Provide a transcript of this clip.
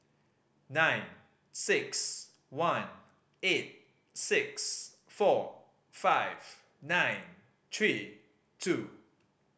nine six one eight six four five nine three two